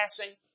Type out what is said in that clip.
passing